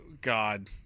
God